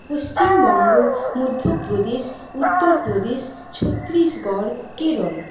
Paschimbanga Madhya Pradesh Uttar Pradesh Chhattisgarh Kerala